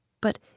But